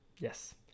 yes